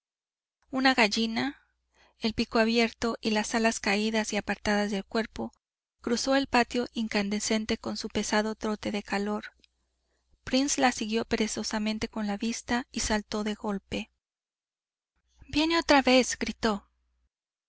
una gallina el pico abierto y las alas caídas y apartadas del cuerpo cruzó el patio incandescente con su pesado trote de calor prince la siguió perezosamente con la vista y saltó de golpe viene otra vez gritó